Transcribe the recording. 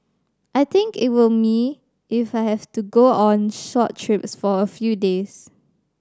I think it will me if I have to go on short trips for a few days